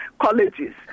colleges